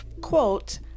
quote